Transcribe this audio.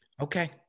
Okay